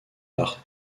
par